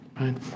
Right